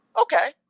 Okay